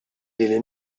lili